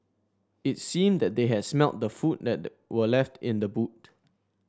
it seemed that they had smelt the food that the were left in the boot